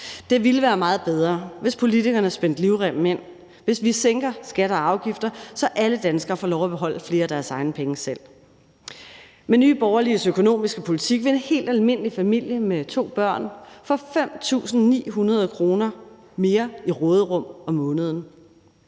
Det ville være meget bedre, hvis politikerne spændte livremmen ind, og hvis vi sænker skatter og afgifter, så alle danskere får lov at beholde flere af deres egne penge selv. Kl. 16:05 Med Nye Borgerliges økonomiske politik vil en helt almindelig familie med to børn få 5.900 kr. mere i råderum om måneden.